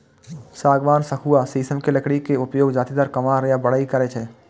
सागवान, सखुआ, शीशम के लकड़ी के उपयोग जादेतर कमार या बढ़इ करै छै